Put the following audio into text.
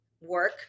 work